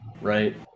right